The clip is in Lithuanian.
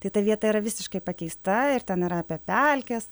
tai ta vieta yra visiškai pakeista ir ten yra apie pelkes